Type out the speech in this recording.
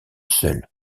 seule